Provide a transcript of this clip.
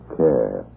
care